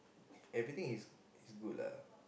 everything is is good lah